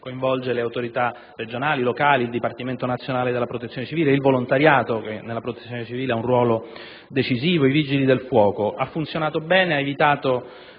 coinvolge le autorità regionali e locali, il Dipartimento nazionale della protezione civile, il volontariato (che all'interno della protezione civile ha un ruolo decisivo) e i Vigili del fuoco. Ha funzionato bene e ha evitato